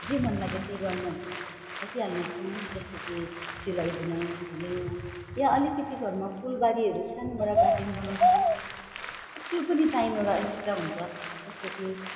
जे मनलाग्यो त्यही गर्न सकिहाल्ने छौँ जस्तो कि सिलाईबुनाई भयो या अलिकति घरमा फुलबारीहरू सानोबडे गार्डन बनाउँछु त्यो पनि टाइम एउटा एक्स्ट्रा हुन्छ जस्तो कि